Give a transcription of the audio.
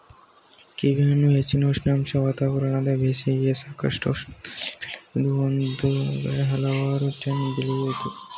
ಕೀವಿಹಣ್ಣನ್ನು ಹೆಚ್ಚಿನ ಉಷ್ಣಾಂಶ ವಾತಾವರಣದ ಬೇಸಿಗೆಯ ಸಾಕಷ್ಟು ಉಷ್ಣದಲ್ಲೂ ಬೆಳಿಬೋದು ಒಂದು ಹೆಕ್ಟೇರ್ಗೆ ಹಲವಾರು ಟನ್ ಬೆಳಿಬೋದು